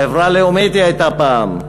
חברה לאומית היא הייתה פעם,